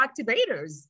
activators